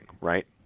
right